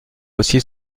aussi